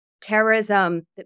Terrorism